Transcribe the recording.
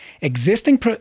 Existing